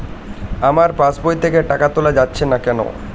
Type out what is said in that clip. আমার পাসবই থেকে টাকা তোলা যাচ্ছে না কেনো?